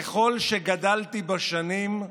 ככל שגדלתי בשנים,